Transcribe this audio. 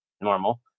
normal